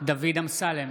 דוד אמסלם,